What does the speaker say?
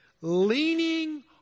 leaning